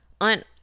on